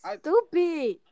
stupid